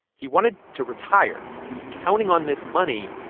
he wanted to retire. he was counting on this money,